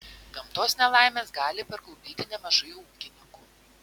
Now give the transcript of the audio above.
gamtos nelaimės gali parklupdyti nemažai ūkininkų